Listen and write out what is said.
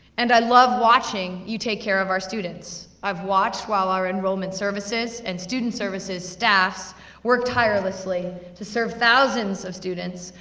and i love watching you take care of our students. i've watched while our enrollment services and student services staffs worked tirelessly, to serve thousands of students,